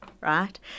right